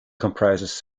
comprises